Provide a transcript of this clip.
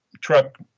truck